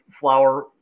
flower